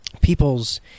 people's